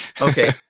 Okay